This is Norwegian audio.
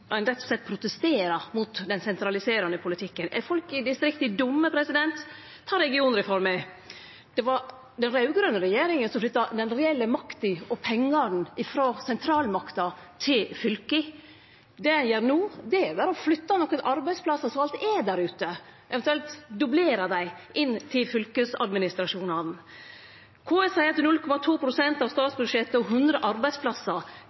ein rett og slett protesterer mot den sentraliserande politikken. Er folk i distrikta dumme? Ta regionreforma: Det var den raud-grøne regjeringa som flytta den reelle makta og pengane frå sentralmakta til fylka. Det ein gjer no, er berre å flytte nokre arbeidsplassar som alt er der ute, eventuelt dublere dei inn til fylkesadministrasjonane. KS seier at 0,2 pst. av budsjettet og 100 arbeidsplassar